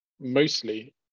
mostly